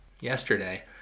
Yesterday